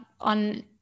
on